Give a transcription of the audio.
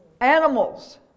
Animals